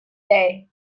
day